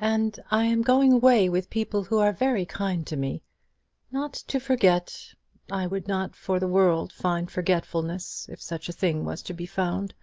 and i am going away with people who are very kind to me not to forget i would not for the world find forgetfulness, if such a thing was to be found